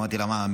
אמרתי לה: מה,